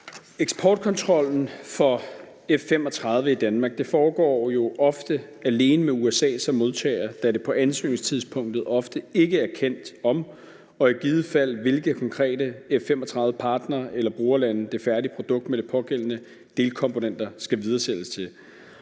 Eksportkontrollen for F-35 i Danmark foregår jo ofte alene med USA som modtager, da det på ansøgningstidspunktet ofte ikke er kendt, om og i givet fald hvilke konkrete F-35-partnere eller brugerlande det færdige produkt med de pågældende delkomponenter skal videresælges til.